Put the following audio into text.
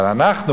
אבל אנחנו,